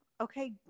okay